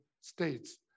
states